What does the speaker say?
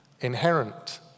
inherent